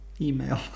email